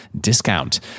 discount